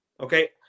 okay